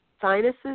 sinuses